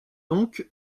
donc